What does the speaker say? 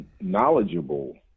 knowledgeable